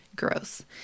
gross